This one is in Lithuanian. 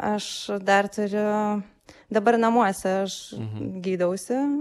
aš dar turiu dabar namuose aš gydausi